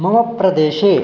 मम प्रदेशे